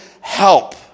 help